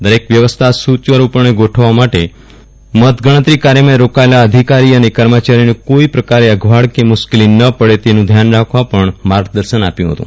દરેક વ્યવસ્થા સુચારૂપણે ગોઠવવા સાથે મતગણતરી કાર્યમાં રોકાયેલાં અધિકારી કર્મચારીઓનેકોઇ પ્રકારે અગવડ કે મુશ્કેલી ન પડે તેનું ધ્યાન રાખવા પણ માર્ગદર્શન આપ્યું હતું